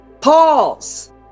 Pause